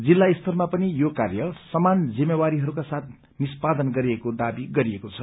जिल्ला स्तरमा पनि यो कार्य समान जिम्मेवारीहरूका साथ निस्यापदन गरिएको दावी गरिएको छ